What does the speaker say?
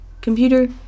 Computer